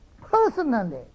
personally